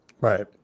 Right